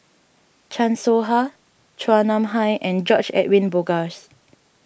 Chan Soh Ha Chua Nam Hai and George Edwin Bogaars